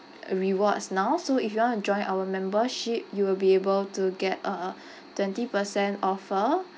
rewards now so if you want to join our membership you will be able to get a twenty percent offer